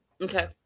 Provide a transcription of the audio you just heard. Okay